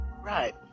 Right